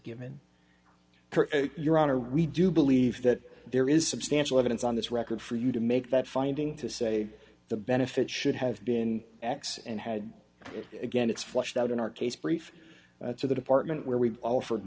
given your honor we do believe that there is substantial evidence on this record for you to make that finding to say the benefit should have been x and had again it's flushed out in our case brief to the department where we offered